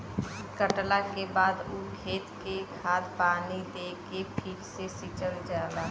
कटला के बाद ऊ खेत के खाद पानी दे के फ़िर से सिंचल जाला